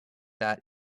that